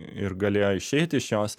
ir galėjo išeiti iš jos